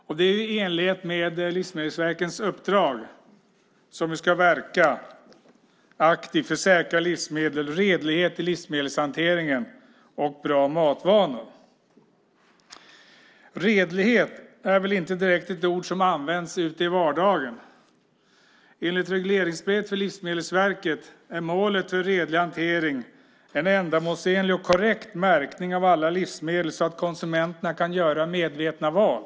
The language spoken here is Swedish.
Detta är i enlighet med Livsmedelsverkets uppdrag att verka aktivt för säkra livsmedel, redlighet i livsmedelshanteringen och bra matvanor. Redlighet är väl inte direkt ett ord som används i vardagen. Enligt regleringsbrevet till Livsmedelsverket är målet för redlig hantering "en ändamålsenlig och korrekt märkning av alla livsmedel så att konsumenterna kan göra medvetna val".